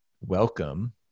welcome